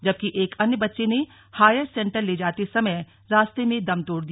जबकि एक अन्य बच्चे ने हायर सेंटर ले जाते समय रास्ते में दम तोड़ दिया